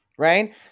Right